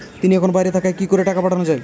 তিনি এখন বাইরে থাকায় কি করে টাকা পাঠানো য়ায়?